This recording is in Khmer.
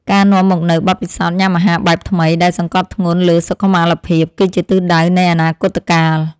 ការនាំមកនូវបទពិសោធន៍ញ៉ាំអាហារបែបថ្មីដែលសង្កត់ធ្ងន់លើសុខុមាលភាព គឺជាទិសដៅនៃអនាគតកាល។